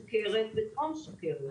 סוגרים לולים בחודש מארס בהתאם לאיגרת שלהם.